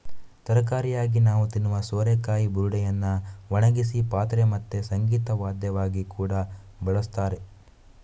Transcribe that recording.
ತರಕಾರಿಯಾಗಿ ನಾವು ತಿನ್ನುವ ಸೋರೆಕಾಯಿ ಬುರುಡೆಯನ್ನ ಒಣಗಿಸಿ ಪಾತ್ರೆ ಮತ್ತೆ ಸಂಗೀತ ವಾದ್ಯವಾಗಿ ಕೂಡಾ ಬಳಸ್ತಾರೆ